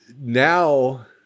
now